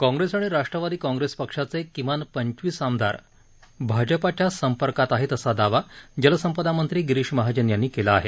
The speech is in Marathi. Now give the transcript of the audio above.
काँग्रेस आणि राष्ट्रवादी काँग्रेस पक्षांचे किमान पंचवीस आमदार भाजपाच्या संपर्कात आहेत असा दावा जलसंपदा मंत्री गिरीश महाजन यांनी केला आहे